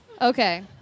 Okay